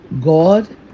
god